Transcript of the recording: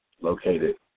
located